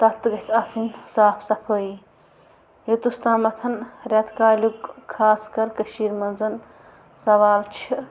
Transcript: تَتھ تہٕ گژھِ آسٕنۍ صاف صفٲیی یوٚتَس تامَتھ رٮ۪تہٕ کالیُک خاص کر کٔشیٖر منٛز سوال چھِ